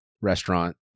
restaurant